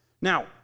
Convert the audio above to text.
Now